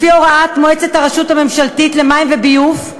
לפי הוראת מועצת הרשות הממשלתית למים וביוב.